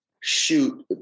shoot